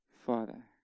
Father